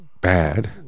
bad